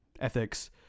ethics